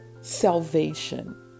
salvation